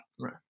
Right